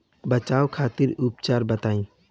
बचाव खातिर उपचार बताई?